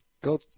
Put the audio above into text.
Go